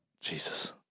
Jesus